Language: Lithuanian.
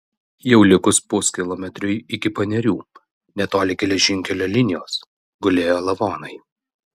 jau likus puskilometriui iki panerių netoli geležinkelio linijos gulėjo lavonai